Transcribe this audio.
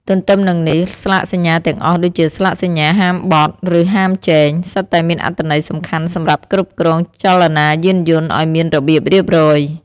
ទន្ទឹមនឹងនេះ ស្លាកសញ្ញាទាំងអស់ដូចជាស្លាកសញ្ញាហាមបត់ ឬហាមជែង សុទ្ធតែមានអត្ថន័យសំខាន់សម្រាប់គ្រប់គ្រងចលនាយានយន្តឱ្យមានរបៀបរៀបរយ។